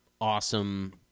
awesome